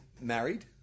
married